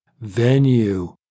venue